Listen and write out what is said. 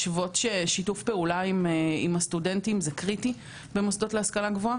שיתוף פעולה עם הסטודנטים זה קריטי במוסדות להשכלה גבוהה,